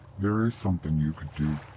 there is something you could do.